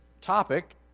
topic